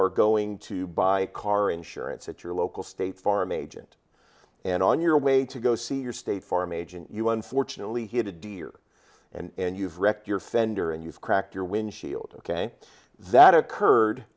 are going to buy car insurance at your local state farm agent and on your way to go see your state farm agent you unfortunately he had a deer and you've wrecked your fender and you've cracked your windshield ok that occurred